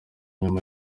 nyuma